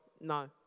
No